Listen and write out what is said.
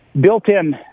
built-in